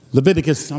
Leviticus